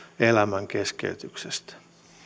elämän keskeytyksestä